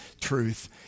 truth